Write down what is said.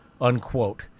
unquote